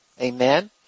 Amen